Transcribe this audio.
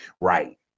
Right